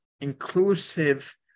inclusive